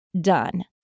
done